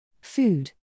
Food